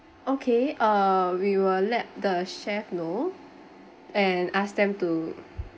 okay uh we will let the chef know and ask them to